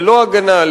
ללא הגנה,